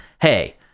hey